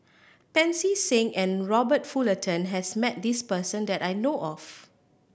Pancy Seng and Robert Fullerton has met this person that I know of